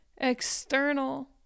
External